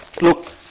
look